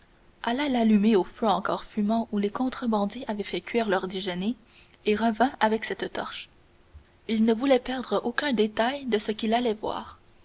alla l'allumer au feu encore fumant où les contrebandiers avaient fait cuire leur déjeuner et revint avec cette torche il ne voulait perdre aucun détail de ce qu'il allait voir